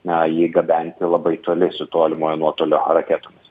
na jį gabenti labai toli su tolimojo nuotolio raketomis